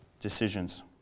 decisions